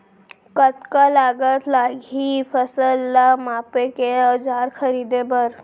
कतका लागत लागही फसल ला मापे के औज़ार खरीदे बर?